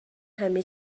همه